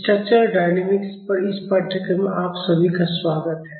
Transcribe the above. structural dynamics पर इस पाठ्यक्रम में आप सभी का स्वागत है